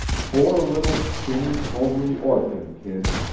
poor little skinny, homely, orphan kid,